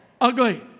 ugly